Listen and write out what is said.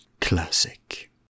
Classic